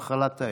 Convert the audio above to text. על מחלת האיידס.